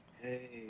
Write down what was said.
Hey